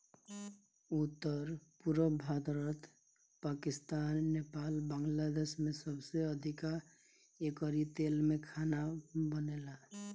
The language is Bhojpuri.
उत्तर, पुरब भारत, पाकिस्तान, नेपाल, बांग्लादेश में सबसे अधिका एकरी तेल में खाना बनेला